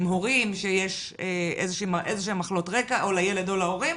הורים שיש מחלות רקע או לילד או להורים,